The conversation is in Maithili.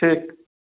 ठीक